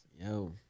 Yo